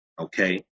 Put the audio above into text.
okay